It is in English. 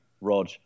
Rog